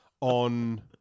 on